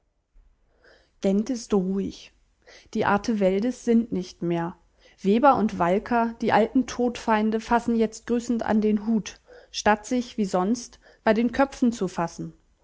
gent ist ruhig die arteveldes sind nicht mehr weber und walker die alten todfeinde fassen jetzt grüßend an den hut statt sich wie sonst bei den köpfen zu fassen